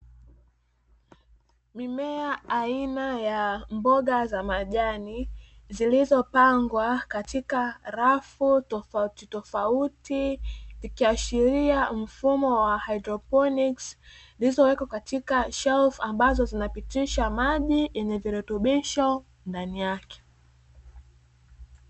Mimea aina ya mboga za majani zilizopangwa katika rafu tofautitofauti, zikiashiria mfumo wa haidroponi zilizowekwa katika shelfu ambazo zinapitisha maji yenye virutubisho ndani yake.